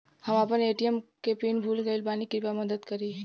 हम आपन ए.टी.एम के पीन भूल गइल बानी कृपया मदद करी